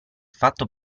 fatto